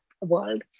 world